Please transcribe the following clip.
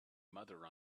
mother